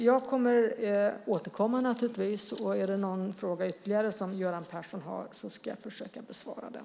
Jag kommer givetvis att återkomma, och om Göran Persson har någon ytterligare fråga ska jag försöka besvara den.